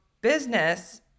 business